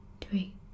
three